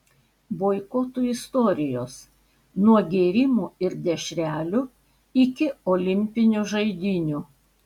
boikotų istorijos nuo gėrimų ir dešrelių iki olimpinių žaidynių